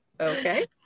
okay